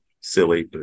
silly